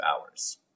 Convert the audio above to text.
hours